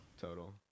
total